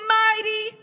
mighty